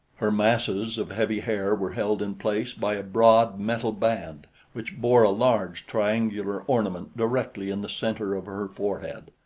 her masses of heavy hair were held in place by a broad metal band which bore a large triangular ornament directly in the center of her forehead.